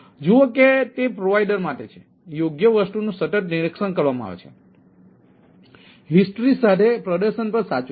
જુઓ કે તે પ્રોવાઇડર માટે છે યોગ્ય વસ્તુનું સતત નિરીક્ષણ કરવામાં આવે છે ઇતિહાસ સાથે પ્રદર્શન પણ સાચું છે